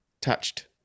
touched